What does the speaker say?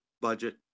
budget